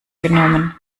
genommen